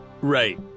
Right